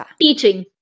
Teaching